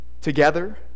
together